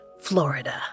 Florida